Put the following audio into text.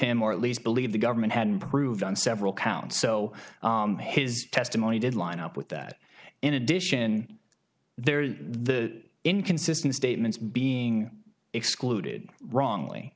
him or at least believe the government had proved on several counts so his testimony did line up with that in addition there are the inconsistent statements being excluded wrongly